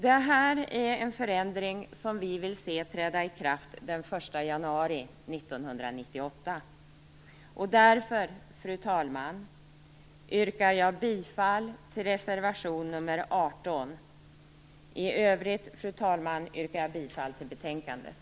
Detta är en förändring som vi vill se träda i kraft den 1 januari Därför, fru talman, yrkar jag bifall till reservation nr 18. I övrigt yrkar jag bifall till utskottets hemställan i betänkandet.